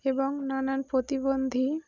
এবং নানান প্রতিবন্ধী